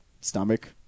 stomach